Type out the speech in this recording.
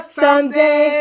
someday